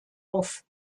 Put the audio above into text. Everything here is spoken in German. auf